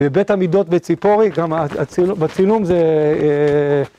בבית עמידות בציפורי, גם בצילום זה...